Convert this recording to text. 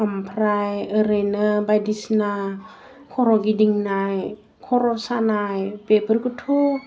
ओमफ्राय ओरैनो बायदिसिना खर' गिदिंनाय खर' सानाय बेफोरखौथ'